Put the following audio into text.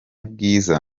bwiza